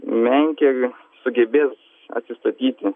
menkė sugebės atsistatyti